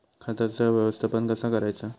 खताचा व्यवस्थापन कसा करायचा?